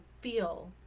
feel